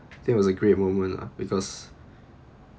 I think it was a great moment lah because